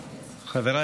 הישיבה,